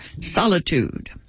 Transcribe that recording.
solitude